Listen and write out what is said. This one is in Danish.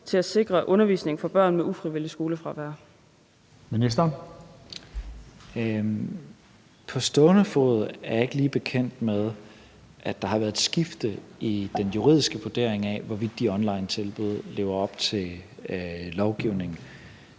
Børne- og undervisningsministeren (Mattias Tesfaye): På stående fod er jeg ikke lige bekendt med, at der har været et skifte i den juridiske vurdering af, hvorvidt de onlinetilbud lever op til lovgivningen.